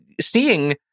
seeing